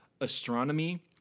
astronomy